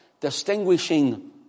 Distinguishing